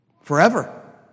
Forever